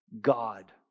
God